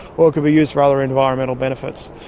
or it could be used for other environmental benefits.